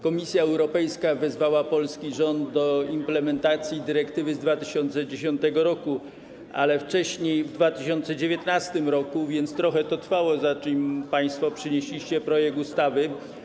Komisja Europejska wezwała polski rząd do implementacji dyrektywy z 2010 r., ale wcześniej - w 2019 r., więc trochę to trwało, zanim państwo przynieśliście projekt ustawy.